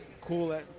cool